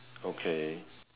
okay